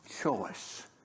choice